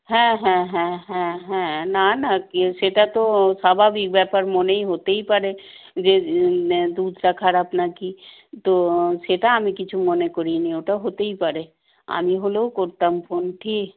হ্যাঁ হ্যাঁ হ্যাঁ হ্যাঁ হ্যাঁ না না কি সেটা তো স্বাভাবিক ব্যাপার মনেই হতেই পারে যে দুধটা খারাপ না কি তো সেটা আমি কিছু মনে করিনি ওটা হতেই পারে আমি হলেও করতাম ফোন ঠিক